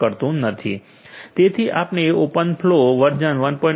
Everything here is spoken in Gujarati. તેથી આપણે ઓપન ફ્લો વર્ઝન 1